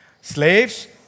Slaves